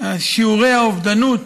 שיעורי האובדנות,